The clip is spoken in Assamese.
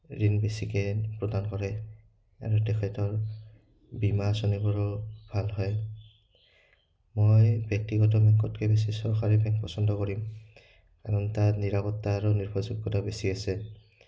ঋণ বেছিকৈ প্ৰদান কৰে আৰু তেখেতৰ বীমা আঁচনিবোৰো ভাল হয় মই ব্যক্তিগত বেংকতকৈ বেছি চৰকাৰী বেংক পচন্দ কৰিম কাৰণ তাত নিৰাপত্তা আৰু নিৰ্ভৰযোগ্যতা বেছি আছে